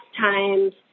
times